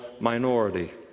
minority